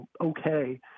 okay